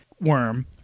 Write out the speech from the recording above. worm